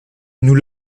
nous